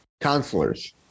counselors